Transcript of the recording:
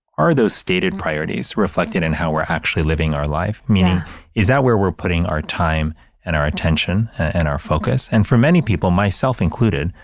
are those stated priorities reflected in how we're actually living our life? yeah meaning is that where we're putting our time and our attention and our focus? and for many people, myself included,